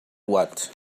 what